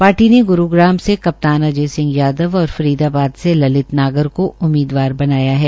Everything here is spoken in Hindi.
पार्टी ने ग्रूग्राम से कप्तान अजय सिंह यादव और फरीदाबाद से ललित नागर को उम्मीदवार बनाया है